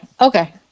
okay